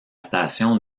station